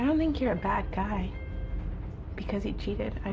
i don't think you're a bad guy because you cheated. i.